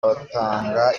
abatanga